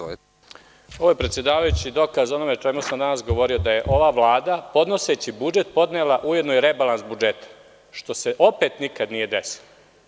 Ovo je predsedavajući dokaz o onome o čemu sam danas govorio, a to je da je ova Vlada, podnoseći budžet, podnela ujedno i rebalans budžeta, što se opet nikada nije desilo.